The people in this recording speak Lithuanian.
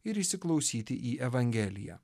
ir įsiklausyti į evangeliją